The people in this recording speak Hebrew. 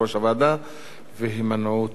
והימנעות שני חברי כנסת.